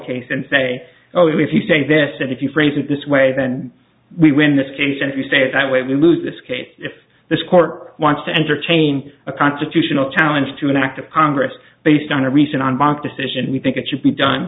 case and say oh if you say this that if you phrase it this way then we win this case and if you say it that way we lose this case if this court wants to entertain a constitutional challenge to an act of congress based on a recent unbanked decision we think it should be done